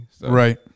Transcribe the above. Right